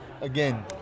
again